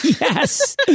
Yes